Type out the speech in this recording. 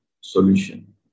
solution